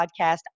podcast